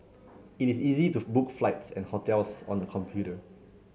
it is easy to book flights and hotels on the computer